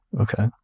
Okay